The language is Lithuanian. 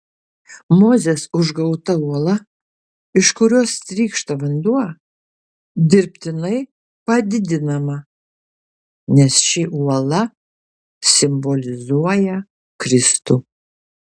mozės užgauta uola iš kurios trykšta vanduo dirbtinai padidinama nes ši uola simbolizuoja kristų